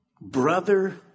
Brother